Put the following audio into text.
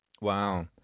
Wow